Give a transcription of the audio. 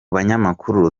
banyamakuru